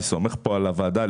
אני סומך על הוועדה,